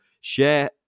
Share